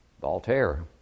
Voltaire